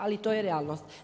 Ali to je realnost.